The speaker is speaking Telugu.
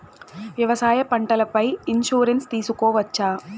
వ్యవసాయ పంటల పై ఇన్సూరెన్సు తీసుకోవచ్చా?